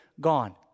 gone